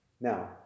Now